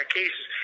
cases